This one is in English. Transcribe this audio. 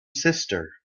sister